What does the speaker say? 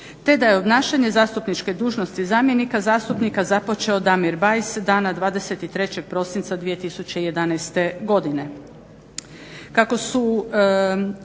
te da je obnašanje zastupničke dužnosti zamjenika zastupnika započeo Damir Bajs dana 23. prosinca 2011. godine.